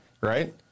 right